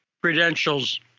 credentials